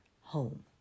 home